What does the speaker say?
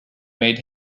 made